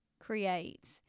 creates